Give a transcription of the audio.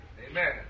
Amen